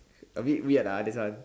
A bit weird lah this one